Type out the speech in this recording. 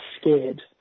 scared